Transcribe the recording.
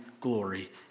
glory